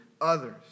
others